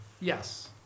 Yes